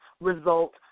result